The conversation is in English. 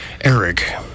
Eric